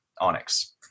onyx